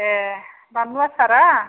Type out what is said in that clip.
ए बानलु आसारा